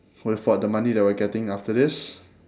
with what the money that we are getting after this